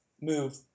move